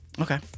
Okay